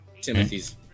Timothy's